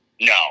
No